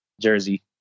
jersey